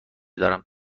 دارم